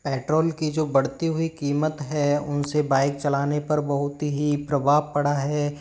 petrol की जो बढ़ती हुई कीमत है उनसे बाइक चलाने पर बहुत ही प्रभाव पड़ा है